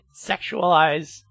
sexualize